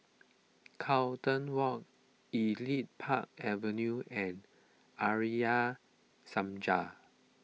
Carlton Walk Elite Park Avenue and Arya Samaj